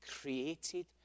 created